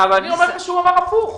אני אומר לך שהוא אמר הפוך,